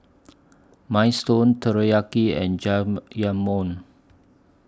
Minestrone Teriyaki and Jajangmyeon